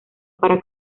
para